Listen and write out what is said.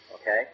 okay